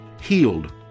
healed